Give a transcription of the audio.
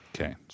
Okay